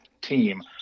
team